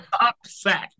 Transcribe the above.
upset